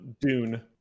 Dune